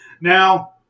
Now